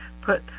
put